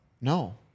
No